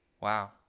Wow